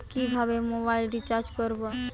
কিভাবে mobile recharge করব?